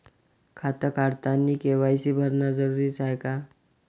खातं काढतानी के.वाय.सी भरनं जरुरीच हाय का?